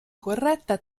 corretta